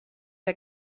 der